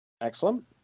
Excellent